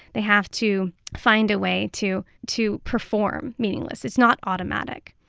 they have to find a way to to perform meaningless. it's not automatic.